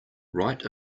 write